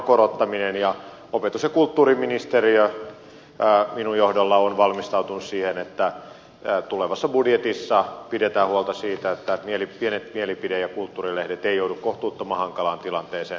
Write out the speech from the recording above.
opetus ja kulttuuriministeriö minun johdollani on valmistautunut siihen että tulevassa budjetissa pidetään huolta siitä että pienet mielipide ja kulttuurilehdet eivät joudu kohtuuttoman hankalaan tilanteeseen